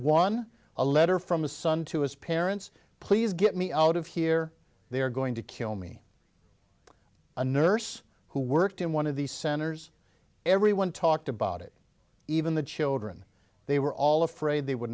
one a letter from his son to his parents please get me out of here they are going to kill me a nurse who worked in one of these centers everyone talked about it even the children they were all afraid they would